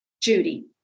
Judy